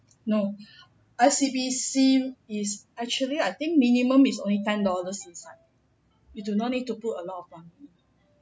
no I_C_B_C is actually I think minimum is only ten dollars inside you do not need to put a lot of fund